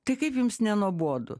tai kaip jums nenuobodu